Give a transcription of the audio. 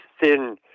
thin